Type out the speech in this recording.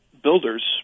builders